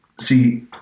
See